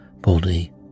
body